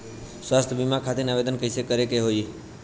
स्वास्थ्य बीमा खातिर आवेदन कइसे करे के होई?